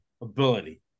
ability